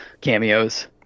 cameos